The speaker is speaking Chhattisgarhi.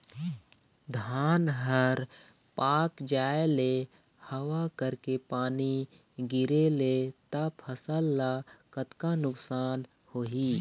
धान हर पाक जाय ले हवा करके पानी गिरे ले त फसल ला कतका नुकसान होही?